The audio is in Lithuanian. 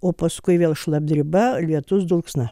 o paskui vėl šlapdriba lietus dulksna